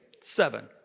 seven